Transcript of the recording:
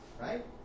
Right